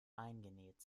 eingenäht